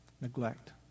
neglect